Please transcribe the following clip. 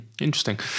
interesting